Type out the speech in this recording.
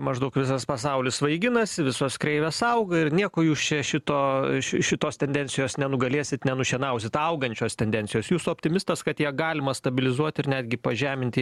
maždaug visas pasaulis svaiginasi visos kreivės auga ir nieko jūs čia šito iš šitos tendencijos nenugalėsit nenušienausit augančios tendencijos jūs optimistas kad ją galima stabilizuoti ir netgi pažeminti